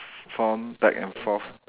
form back and forth